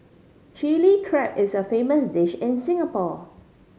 Chilli Crab is a famous dish in Singapore